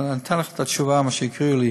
אבל אני אתן לך את התשובה, מה שהכתיבו לי: